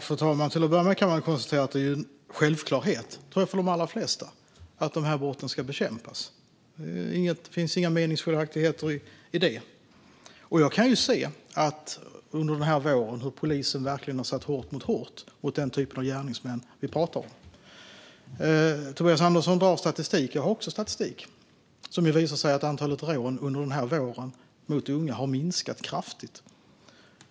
Fru talman! Till att börja med kan jag konstatera att det är en självklarhet för de allra flesta att brotten ska bekämpas. Det finns inga meningsskiljaktigheter i den frågan. Jag har sett hur polisen under våren har satt hårt mot hårt mot den typ av gärningsmän vi pratar om. Tobias Andersson föredrar statistik. Jag har också statistik. Den visar att antalet rån mot unga under våren har minskat kraftigt.